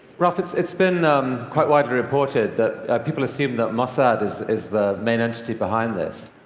ralph, it's it's been quite widely reported that people assume that mossad is is the main entity behind this.